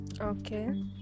Okay